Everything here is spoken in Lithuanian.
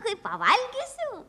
kai pavalgysiu